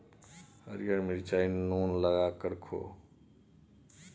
हरियर मिरचाई नोन लगाकए खो